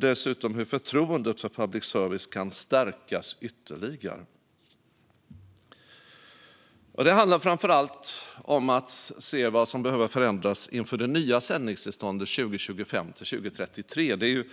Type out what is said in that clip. Dessutom ska man utreda hur förtroendet för public service kan stärkas ytterligare. Det handlar framför allt om att se vad som behöver förändras inför det nya sändningstillståndet 2026-2033.